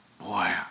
boy